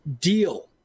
deal